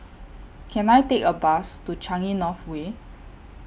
Can I Take A Bus to Changi North Way